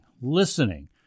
listening